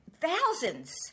thousands